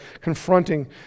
confronting